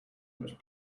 much